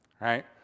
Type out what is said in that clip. Right